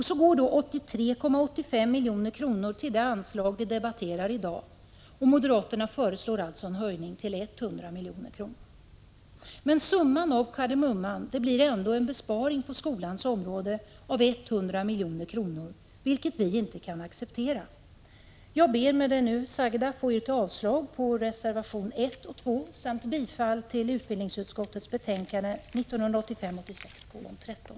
Så går 83,85 milj.kr. till det anslag vi debatterar i dag. Moderaterna föreslår alltså en höjning till 100 milj.kr. Men summan av kardemumman blir ändå en besparing på skolans område av 100 milj.kr., vilket vi inte kan acceptera. Jag ber att med det sagda få yrka avslag på reservationerna 1 och 2 samt bifall till hemställan i utbildningsutskottets betänkande 1985/86:13.